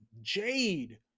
jade